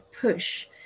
push